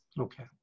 Okay